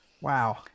Wow